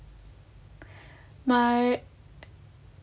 my